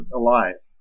alive